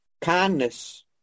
kindness